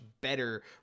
better